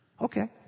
Okay